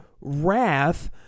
wrath